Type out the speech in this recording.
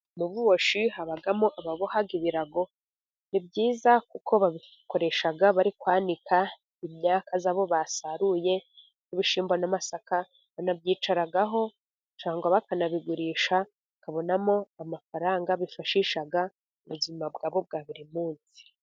Mu buboshyi habamo ababoha ibirago. Ni byiza kuko babikoresha bari kwanika imyaka yabo basaruye. Ibishyimbo n'amasaka. banabyicaraho cyangwa bakanabigurisha, bakabonamo amafaranga bifashisha mu buzima bwabo bwa buri munsi.